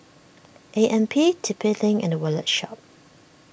A M P T P Link and the Wallet Shop